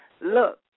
Look